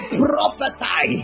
prophesy